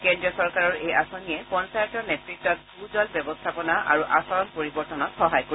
কেন্দ্ৰীয় চৰকাৰৰ এই আঁচনিয়ে পঞ্চায়তৰ নেতৃত্ত ভূ জল ব্যৱস্থাপনা আৰু আচৰণ পৰিৱৰ্তনত সহায় কৰিব